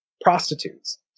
prostitutes